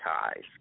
Ties